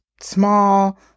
small